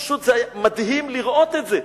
זה פשוט היה מדהים לראות את זה.